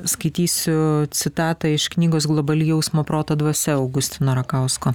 skaitysiu citatą iš knygos globali jausmo proto dvasia augustino rakausko